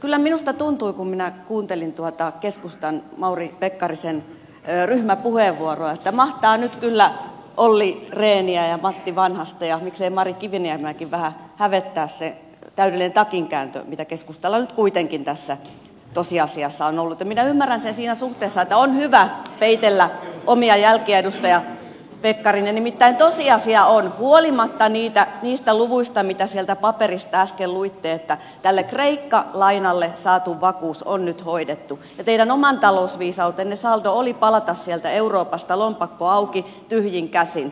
kyllä minusta tuntui kun minä kuuntelin tuota keskustan mauri pekkarisen ryhmäpuheenvuoroa että mahtaa nyt kyllä olli rehniä ja matti vanhasta ja miksei mari kiviniemeäkin vähän hävettää se täydellinen takinkääntö joka keskustalla nyt kuitenkin tässä tosiasiassa on ollut ja minä ymmärrän sen siinä suhteessa että on hyvä peitellä omia jälkiä edustaja pekkarinen nimittäin tosiasia on huolimatta niistä luvuista joita sieltä paperista äsken luitte että tälle kreikka lainalle saatu vakuus on nyt hoidettu ja teidän oman talousviisautenne saldo oli palata sieltä euroopasta lompakko auki tyhjin käsin